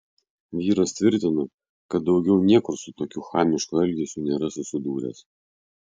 vyras tvirtino kad daugiau niekur su tokiu chamišku elgesiu nėra susidūręs